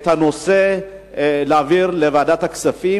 להעביר את הנושא לוועדת הכספים.